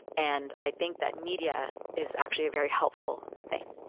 and i think that media is actually a very helpful thing.